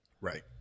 Right